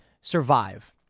Survive